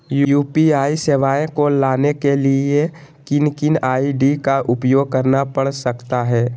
UPI सेवाएं को लाने के लिए किन किन आई.डी का उपयोग करना पड़ सकता है?